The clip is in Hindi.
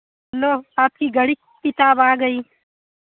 लो आपकी गणित किताब आ गई